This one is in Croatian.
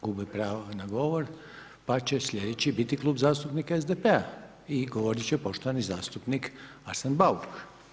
Gubi pravo na govor, pa će sljedeći biti Klub zastupnika SDP-a, i govorit će poštovani zastupnik Arsen Bauk.